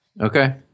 Okay